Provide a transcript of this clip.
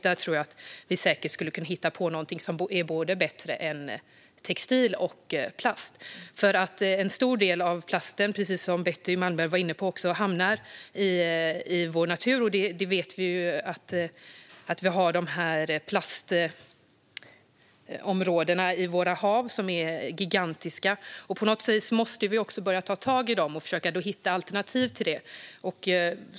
Vi kan säkert hitta på något som är bättre än både textil och plast. Precis som Betty Malmberg var inne på hamnar ju en stor del av plasten i vår natur. Vi vet också att det finns gigantiska plastområden i haven. På något sätt måste vi ta tag i detta och hitta alternativ.